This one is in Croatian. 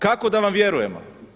Kako da vam vjerujemo.